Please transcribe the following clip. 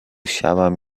شبم